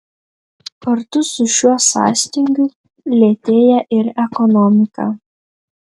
kartu su šiuo sąstingiu lėtėja ir ekonomika